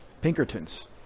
Pinkertons